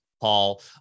Paul